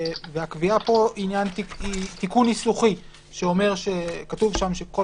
והקביעה פה היא תיקון ניסוחי, כתוב שם שכל